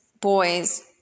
boys